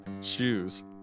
shoes